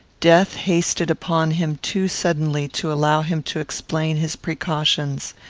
death hasted upon him too suddenly to allow him to explain his precautions.